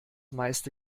meiste